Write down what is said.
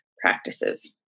practices